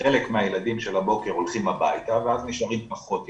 חלק מהילדים של הבוקר הולכים הביתה ואז נשארים פחות ילדים,